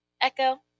Echo